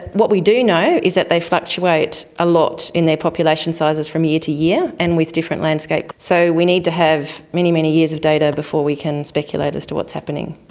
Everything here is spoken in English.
what we do know is that they fluctuate a lot in their population sizes from year to year and with different landscape. so we need to have many, many years of data before we can speculate as to what is happening.